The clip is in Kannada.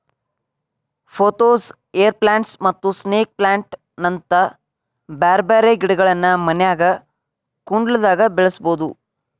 ಪೊಥೋಸ್, ಏರ್ ಪ್ಲಾಂಟ್ಸ್ ಮತ್ತ ಸ್ನೇಕ್ ಪ್ಲಾಂಟ್ ನಂತ ಬ್ಯಾರ್ಬ್ಯಾರೇ ಗಿಡಗಳನ್ನ ಮನ್ಯಾಗ ಕುಂಡ್ಲ್ದಾಗ ಬೆಳಸಬೋದು